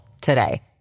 today